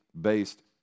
based